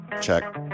check